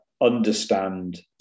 understand